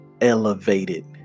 elevated